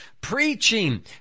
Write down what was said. preaching